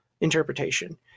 interpretation